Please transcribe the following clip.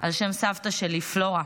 על שם סבתא שלי פלורה.